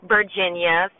Virginia